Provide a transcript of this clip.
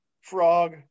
frog